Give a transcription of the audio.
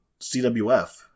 CWF